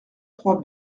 trois